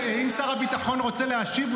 אם שר הביטחון רוצה להשיב,